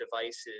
devices